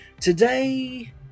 Today